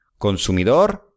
Consumidor